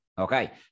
Okay